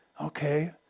Okay